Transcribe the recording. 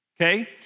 Okay